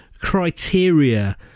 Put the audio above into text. criteria